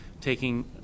taking